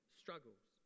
struggles